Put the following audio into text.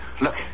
Look